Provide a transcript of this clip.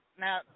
now